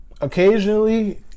occasionally